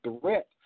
threat